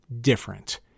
different